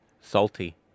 Salty